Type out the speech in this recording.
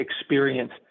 experience